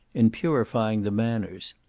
in purifying the manners.